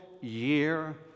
year